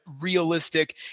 realistic